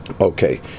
Okay